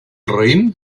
raïm